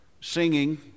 singing